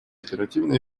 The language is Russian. оперативной